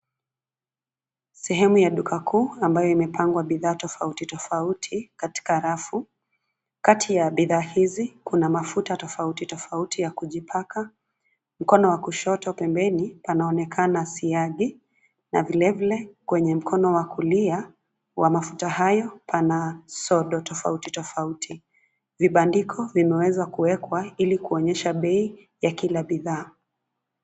Sehemu ya duka kuu ambayo imepangwa bidhaa tofauti tofauti katika rafu. Kati ya bidhaa hizi kuna mafuta tofauti tofauti ya kujipaka. Mkono wa kushoto pembeni panaonekana siagi na vilevile kwenye mkono wa kulia wa mafuta hayo, pana sodo tofauti tofauti. Vibandiko vimeweza kuwekwa ili kuonyesha bei ya kila bidhaa.